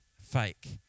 fake